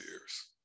years